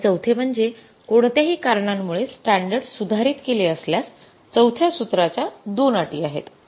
आणि चौथे म्हणजे कोणत्याही कारणांमुळे स्टॅंडर्ड सुधारित केले असल्यास चौथ्या सूत्राच्या २ अटी आहेत